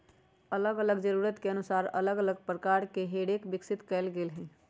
अल्लग अल्लग जरूरत के अनुसार अल्लग अल्लग प्रकार के हे रेक विकसित कएल गेल हइ